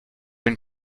been